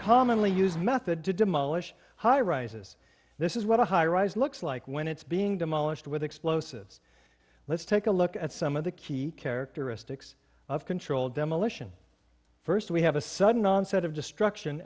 commonly used method to demolish high rises this is what a high rise looks like when it's being demolished with explosives let's take a look at some of the key characteristics of controlled demolition first we have a sudden onset of destruction